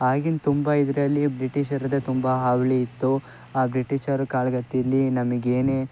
ಆಗಿನ ತುಂಬ ಇದರಲ್ಲಿ ಬ್ರಿಟೀಷರದೇ ತುಂಬ ಹಾವಳಿ ಇತ್ತು ಆ ಬ್ರಿಟೀಷರ ಕಾಲಗತಿಲ್ಲಿ ನಮಗೆ ಏನೇ